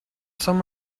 some